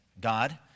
God